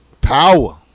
Power